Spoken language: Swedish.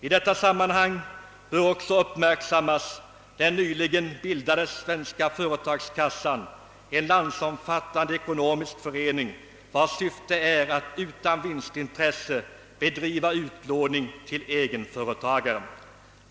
I detta sammanhang bör också uppmärksammas den nyligen bildade Svenska företagarkassan — en landsomfattande ekonomisk förening, vars syfte är att utan vinstintresse bedriva utlåning till egenföretagare.